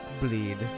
bleed